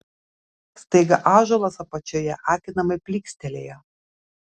staiga ąžuolas apačioje akinamai plykstelėjo